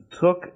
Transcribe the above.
took